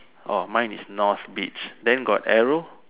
orh mine is North beach then got arrow